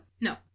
No